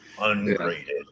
ungraded